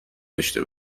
داشته